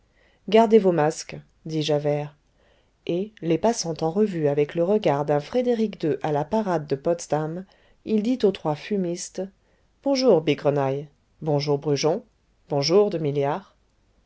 gardez vos masques dit javert et les passant en revue avec le regard d'un frédéric ii à la parade de potsdam il dit aux trois fumistes bonjour bigrenaille bonjour brujon bonjour